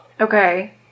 Okay